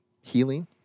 healing